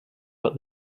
but